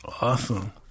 Awesome